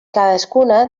cadascuna